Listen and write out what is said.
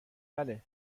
بله